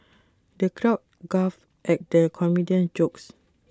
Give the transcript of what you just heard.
the crowd guffawed at the comedian's jokes